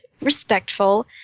respectful